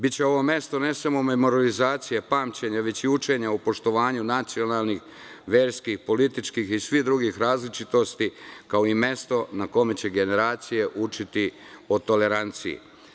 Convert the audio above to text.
Biće ovo mesto ne samo memorijalizacije, pamćenja, već i učenja o poštovanju nacionalnih, verskih, političkih i svih drugih različitosti, kao i mesto na kome će generacije učiti o toleranciji.